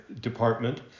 department